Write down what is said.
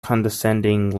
condescending